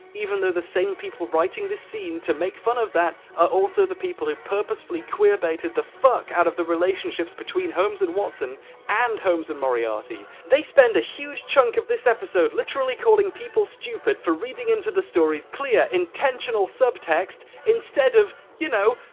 even though the same people writing this scene to make fun of that, are also the people who purposefully queer baited the fuck out of the relationships between holmes and watson and holmes and moriarty. they spend a huge chunk of this episode literally calling people stupid for reading into the story's clear, intentional subtext instead of you know,